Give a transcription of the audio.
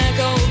Echo